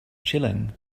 chilling